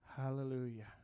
Hallelujah